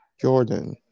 Jordan